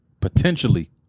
potentially